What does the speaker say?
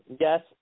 Yes